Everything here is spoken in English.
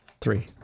Three